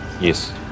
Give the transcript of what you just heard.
yes